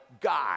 God